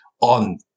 on